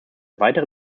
weitere